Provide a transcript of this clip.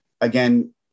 Again